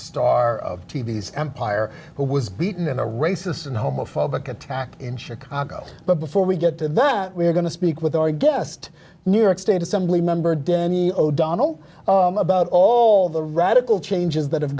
star of t v s empire who was beaten in a racist and homophobic attack in chicago but before we get to that we're going to speak with our guest new york state assembly member danny o'donnell about all the radical changes that have